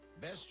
Best